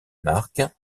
marque